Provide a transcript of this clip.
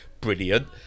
Brilliant